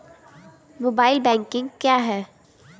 Mobile banking क्या है?